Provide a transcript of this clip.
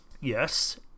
yes